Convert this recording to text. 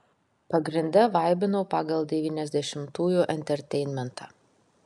pagrinde vaibinau pagal devyniasdešimtųjų enterteinmentą